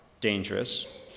dangerous